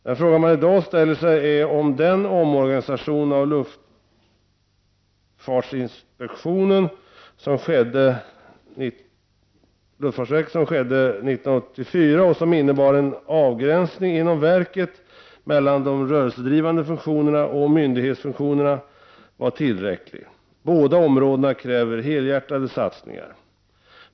Den fråga man i dag ställer sig är om den omorganisation av luftfartsverket som skedde 1984 och som innebar en avgränsning inom verket mellan de rörelsedrivande funktionerna och myndighetsfunktionerna var tillräcklig. Båda områdena kräver helhjärtade satsningar.